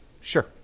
Sure